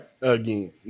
Again